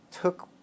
took